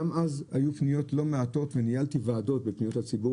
גם אז היו פניות לא מעטות וניהלתי ועדות בפניות הציבור